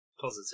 positive